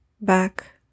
back